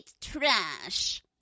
trash